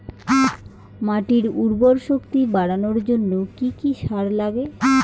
মাটির উর্বর শক্তি বাড়ানোর জন্য কি কি সার লাগে?